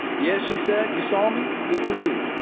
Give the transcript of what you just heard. yeah? she said. you saw me? good for you.